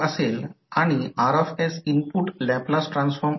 तर M21 mutual inductance of coil coil 1 च्या संदर्भात हा सफिक्सचा अर्थ आहे